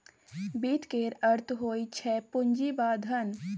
वित्त केर अर्थ होइ छै पुंजी वा धन